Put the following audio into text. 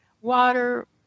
water